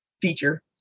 feature